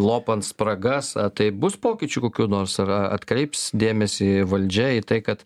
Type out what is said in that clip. lopant spragas tai bus pokyčių kokių nors ar atkreips dėmesį valdžia į tai kad